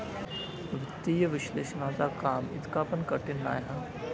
वित्तीय विश्लेषणाचा काम इतका पण कठीण नाय हा